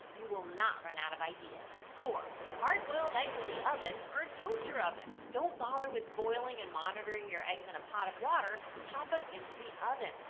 you will not run out of ideas. four, hard boiled eggs in the oven or a toaster oven. don't bother with boiling and monitoring your eggs in a pot of water, pop em into the oven.